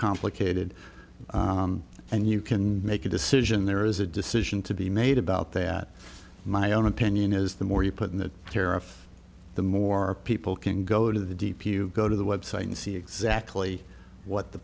complicated and you can make a decision there is a decision to be made about that my own opinion is the more you put in the tariff the more people can go to the d p you go to the website and see exactly what the